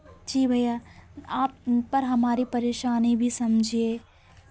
जी भैया आप पर हमारी परेशानी भी समझिये